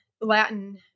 Latin